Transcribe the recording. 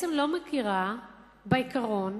בעצם לא מכירה בעיקרון